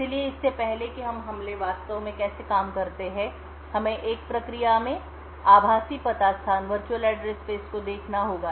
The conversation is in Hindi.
इसलिए इससे पहले कि हम हमले वास्तव में कैसे काम करते हैं हमें एक प्रक्रिया के आभासी पता स्थान वर्चुअल एड्रेस स्पेस को देखना होगा